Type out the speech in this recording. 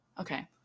Okay